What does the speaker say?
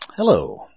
Hello